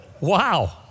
Wow